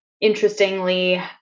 interestingly